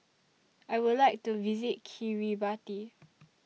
I Would like to visit Kiribati